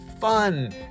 fun